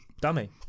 Dummy